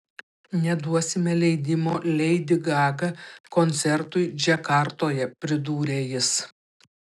neduosime leidimo leidi gaga koncertui džakartoje pridūrė jis